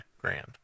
grand